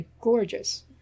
gorgeous